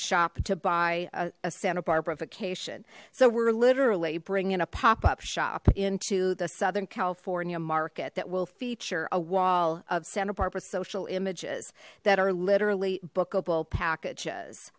shop to buy a santa barbara vacation so we're literally bringing a pop up shop into the southern california market that will feature a wall of santa barbara social images that are literally